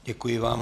Děkuji vám.